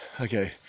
Okay